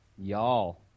Y'all